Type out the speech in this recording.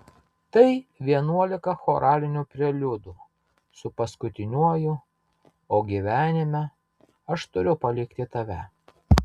tai vienuolika choralinių preliudų su paskutiniuoju o gyvenime aš turiu palikti tave